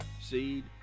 seed